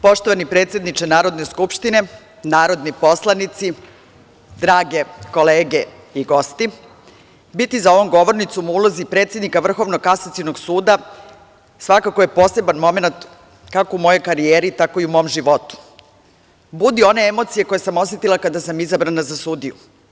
Poštovani predsedniče Narodne skupštine, narodni poslanici, drage kolege i gosti, biti za ovom govornicom u ulozi predsednika Vrhovnog kasacionog suda svakako je poseban momenat, kako u mojoj karijeri, tako i u mom životu, budi one emocije koje sam osetila kada sam izabrana za sudiju.